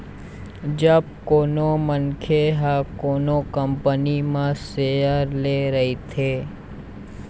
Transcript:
जब कोनो मनखे ह कोनो कंपनी म सेयर ले रहिथे